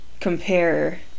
compare